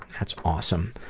that's awesome.